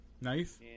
Nice